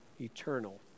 eternal